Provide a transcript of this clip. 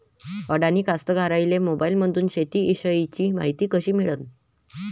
अडानी कास्तकाराइले मोबाईलमंदून शेती इषयीची मायती कशी मिळन?